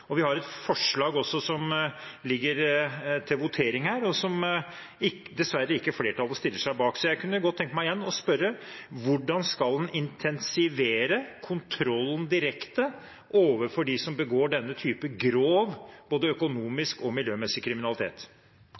Vi har også et forslag som ligger til votering, som flertallet dessverre ikke stiller seg bak. Jeg kunne godt tenkt meg igjen å spørre hvordan man skal intensivere kontrollen direkte overfor dem som begår denne typen grov både økonomisk og miljømessig kriminalitet.